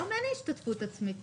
היום אין השתתפות עצמית.